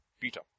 Peter